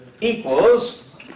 equals